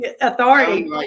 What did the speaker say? authority